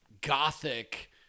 gothic